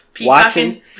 watching